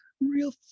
Real